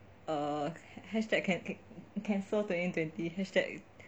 err hashtag can~ cancel twenty twenty hashtag